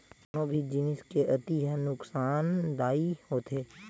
कोनो भी जिनिस के अति ह नुकासानदायी होथे